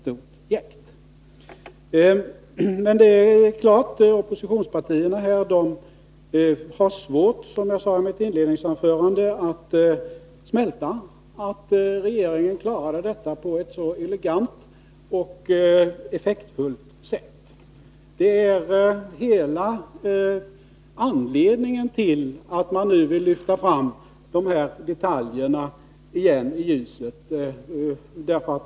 Som jag sade i mitt inledningsanförande har oppositionspartierna svårt att smälta att regeringen klarade den här affären på ett så elegant och effektfullt sätt. Det är hela anledningen till att man nu vill lyfta fram de här detaljerna i ljuset.